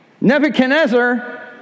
Nebuchadnezzar